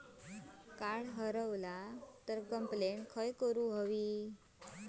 Card हरवला झाल्या complaint खय करूची लागतली?